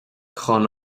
chun